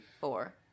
four